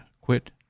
quit